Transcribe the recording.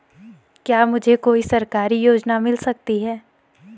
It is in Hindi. क्या मुझे कोई सरकारी योजना मिल सकती है?